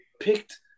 picked